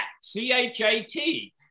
C-H-A-T